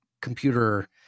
computer